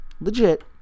legit